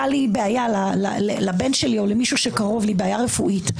לו הייתה לבן שלי בעיה רפואית,